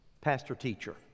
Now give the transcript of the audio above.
Pastor-teacher